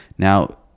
Now